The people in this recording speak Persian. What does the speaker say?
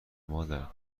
مادر